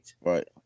right